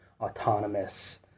autonomous